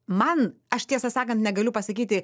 man aš tiesą sakant negaliu pasakyti